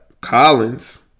Collins